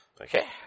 Okay